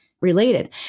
related